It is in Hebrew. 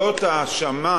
זאת האשמה